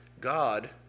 God